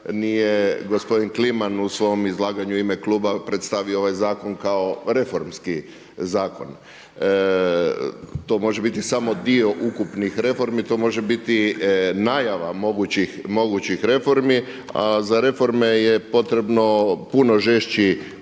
nije gospodin Kliman u svom izlaganju ime kluba predstavio ovaj zakon kao reformski zakon. To može biti samo dio ukupnih reformi, to može biti najava mogućih reformi. A za reforme je potrebno puno žešći